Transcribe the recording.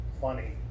funny